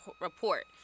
report